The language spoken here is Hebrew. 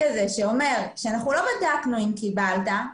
הזה שאומר שאנחנו לא בדקנו אם קיבלת,